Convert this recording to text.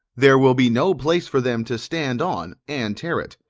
there will be no place for them to stand on and tear it.